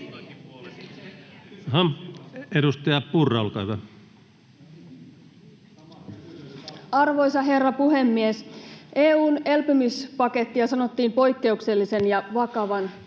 Edustaja Purra, olkaa hyvä. Arvoisa herra puhemies! EU:n elpymispakettia sanottiin poikkeuksellisen ja vakavan